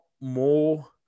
more